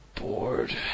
bored